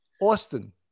Austin